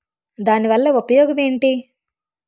దాని వల్ల ఉపయోగం ఎంటి?